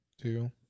two